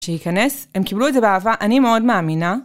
יכנס, הם קיבלו את זה באהבה, אני מאוד מאמינה.